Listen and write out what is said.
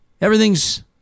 everything's